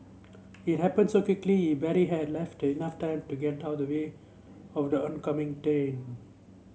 it happened so quickly he barely had enough time to get out of the way of the oncoming train